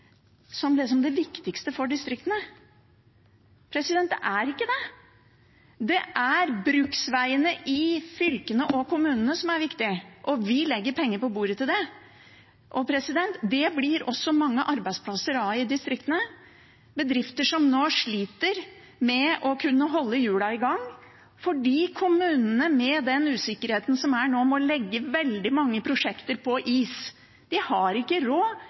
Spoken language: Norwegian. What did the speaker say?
som det viktigste for distriktene. Det er ikke det. Det er bruksveiene i fylkene og kommunene som er viktige, og vi legger penger på bordet til det. Det blir det også mange arbeidsplasser av i distriktene. Det er bedrifter som nå sliter med å holde hjulene i gang fordi kommunene, med den usikkerheten som er nå, må legge veldig mange prosjekter på is. De har ikke råd